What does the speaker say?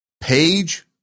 page